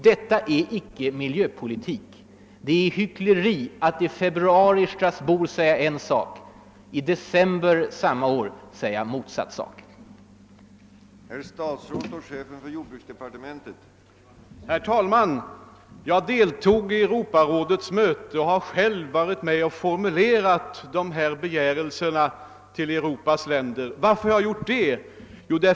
Det är inte miljöpolitik: det är hyckleri att i februari i Strasbourg säga en sak och i december samma år säga motsatt sak här i riksdagen.